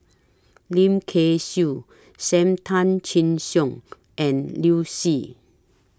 Lim Kay Siu SAM Tan Chin Siong and Liu Si